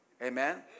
Amen